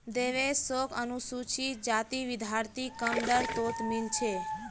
देवेश शोक अनुसूचित जाति विद्यार्थी कम दर तोत मील छे